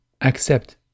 accept